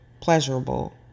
pleasurable